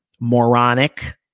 moronic